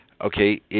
okay